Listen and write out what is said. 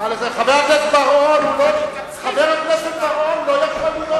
חבר הכנסת בר-און, לא יכול להיות דבר כזה.